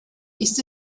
ist